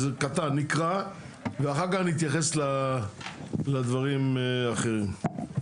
נקרא ואחר כך נתייחס לדברים האחרים.